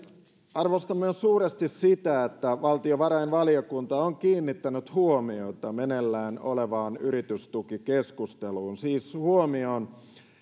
arvostan suuresti myös sitä että valtiovarainvaliokunta on kiinnittänyt huomiota meneillään olevaan yritystukikeskusteluun siis huomioinut sen